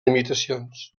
imitacions